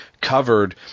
covered